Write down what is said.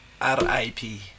R-I-P